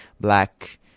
black